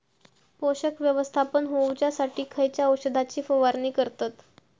पोषक व्यवस्थापन होऊच्यासाठी खयच्या औषधाची फवारणी करतत?